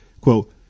Quote